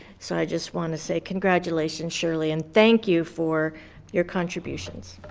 so i just wanna say congratulations, shirley, and thank you for your contributions.